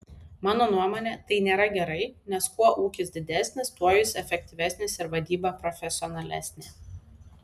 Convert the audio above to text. mano nuomone tai nėra gerai nes kuo ūkis didesnis tuo jis efektyvesnis ir vadyba profesionalesnė